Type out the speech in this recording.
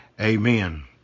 Amen